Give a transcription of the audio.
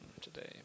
today